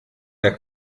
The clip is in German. der